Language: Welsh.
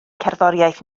cerddoriaeth